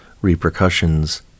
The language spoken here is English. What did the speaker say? repercussions